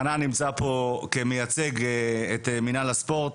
חנן נמצא פה כמייצג מינהל הספורט.